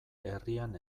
herrian